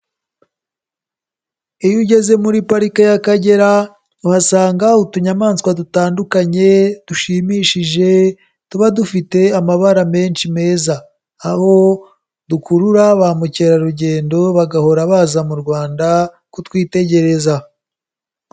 Iyo ugeze muri pariki y'Akagera, uhasanga utunyamaswa dutandukanye dushimishije, tuba dufite amabara menshi meza, aho dukurura ba mukerarugendo bagahora baza mu Rwanda kutwitegereza.